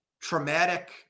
traumatic